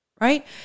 right